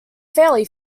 fairly